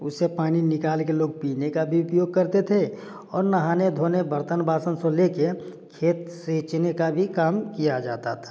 उससे पानी निकाल के लोग पीने का भी उपयोग करते थे और नहाने धोने बर्तन बासन से लेके खेत सींचने का भी काम किया जाता था